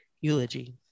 eulogy